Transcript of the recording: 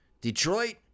Detroit